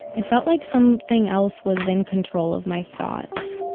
it felt like something else was in control of my thoughts.